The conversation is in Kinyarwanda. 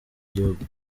gihugu